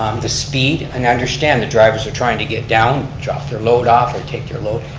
um the speed, and i understand the drivers are trying to get down, drop their load off, or take their load,